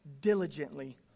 diligently